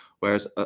Whereas